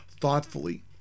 thoughtfully